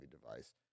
device